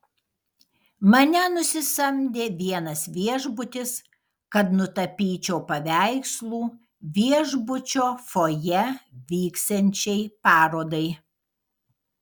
mane nusisamdė vienas viešbutis kad nutapyčiau paveikslų viešbučio fojė vyksiančiai parodai